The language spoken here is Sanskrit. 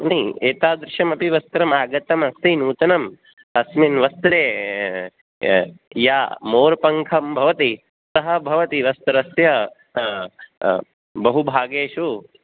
एतादृशमपि वस्त्रम् आगतमस्ति नूतनम् अस्मिन् वस्त्रे या मोर्पङ्खं भवति सः भवति वस्त्रस्य बहुभागेषु